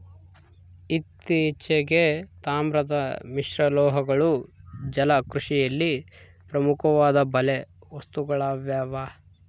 ಇತ್ತೀಚೆಗೆ, ತಾಮ್ರದ ಮಿಶ್ರಲೋಹಗಳು ಜಲಕೃಷಿಯಲ್ಲಿ ಪ್ರಮುಖವಾದ ಬಲೆ ವಸ್ತುಗಳಾಗ್ಯವ